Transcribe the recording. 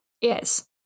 Yes